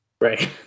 right